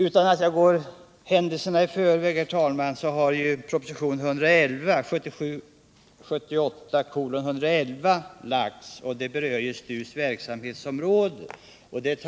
Utan att jag går händelserna i förväg, herr talman, måste det sägas att propositionen 1977/78:111 lagts fram, och denna berör just STU:s verksamhetsområde. Här